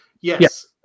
Yes